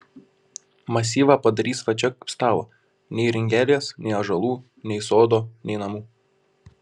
masyvą padarys va čia kaip stalą nei ringelės nei ąžuolų nei sodo nei namų